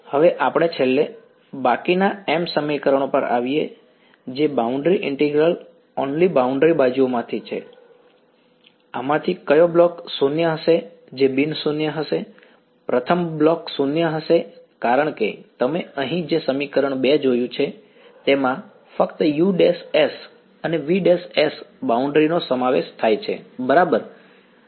હવે આપણે છેલ્લે બાકીના m સમીકરણો પર આવીએ જે બાઉન્ડ્રી ઇન્ટિગ્રલ ઓન્લી બાઉન્ડ્રી બાજુઓમાંથી છે આમાંથી કયો બ્લોક 0 હશે જે બિન શૂન્ય હશે પ્રથમ બ્લોક 0 હશે કારણ કે તમે અહીં જે સમીકરણ 2 જોયું છે તેમાં ફક્ત us અને vs બાઉન્ડ્રીનો સમાવેશ થાય છે બરાબર